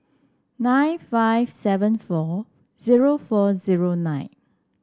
nine five seven four zero four zero nine